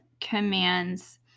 commands